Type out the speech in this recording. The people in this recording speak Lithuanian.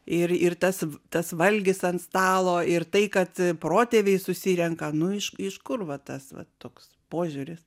ir ir tas tas valgis ant stalo ir tai kad protėviai susirenka nu iš kur va tas va toks požiūris